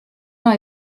dans